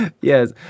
Yes